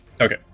Okay